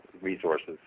resources